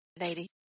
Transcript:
lady